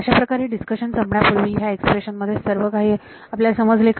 अशा प्रकारे येथे डिस्कशन संपण्यापूर्वी ह्या एक्सप्रेशन मध्ये सर्व काही आपल्याला समजले का